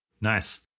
Nice